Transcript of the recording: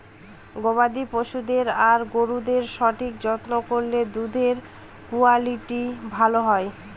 গবাদি পশুদের আর গরুদের সঠিক যত্ন করলে দুধের কুয়ালিটি ভালো হয়